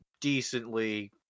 decently